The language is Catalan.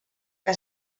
que